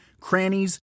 crannies